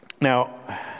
Now